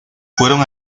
fueron